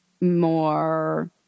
more